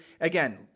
again